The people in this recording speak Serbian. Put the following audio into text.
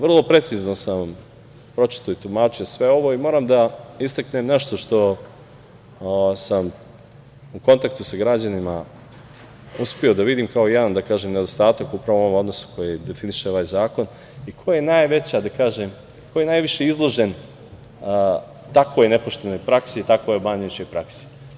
Vrlo precizno sam pročitao i tumačio sve ovo i moram da istaknem nešto što sam u kontaktu sa građanima uspeo da vidim kao jedan, da kažem, nedostatak upravo u ovom odnosu koji definiše ovaj zakon i ko je najviše izložen takvoj nepoštenoj praksi i takvoj obmanjujućoj praksi.